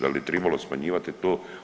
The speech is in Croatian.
Da li je tribalo smanjivati to?